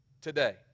today